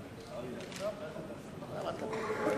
חברי חברי הכנסת,